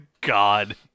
God